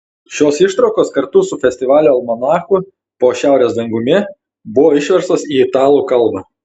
šios ištraukos kartu su festivalio almanachu po šiaurės dangumi buvo išverstos į italų kalbą